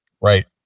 Right